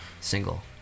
single